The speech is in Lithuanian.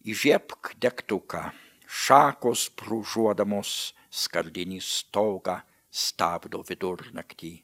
įžiebk degtuką šakos brūžuodamos skardinį stogą stabdo vidurnaktį